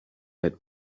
had